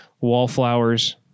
Wallflowers